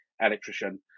electrician